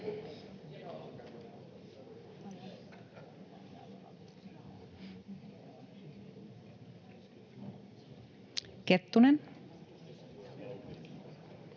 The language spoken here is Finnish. Kettunen.